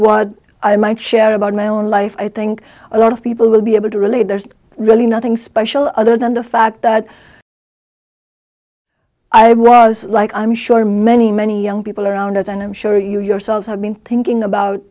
what i might share about my own life i think a lot of people will be able to relate there's really nothing special other than the fact that i was like i'm sure many many young people around us and i'm sure you yourself have been thinking about